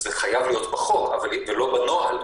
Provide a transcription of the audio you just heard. זה חייב להיות בחוק ולא בנוהל.